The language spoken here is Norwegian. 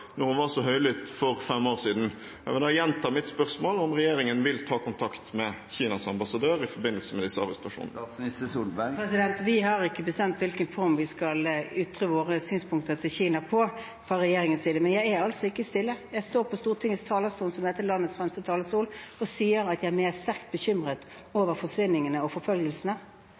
var så høylytt for fem år siden. Jeg vil gjenta mitt spørsmål: Vil regjeringen ta kontakt med Kinas ambassadør i forbindelse med disse arrestasjonene? Vi har fra regjeringens side ikke bestemt i hvilken form vi skal ytre våre synspunkter til Kina. Men jeg er ikke stille. Jeg står på Stortingets talerstol, som er dette landets fremste talerstol, og sier at jeg er sterkt bekymret for forsvinningene og forfølgelsene.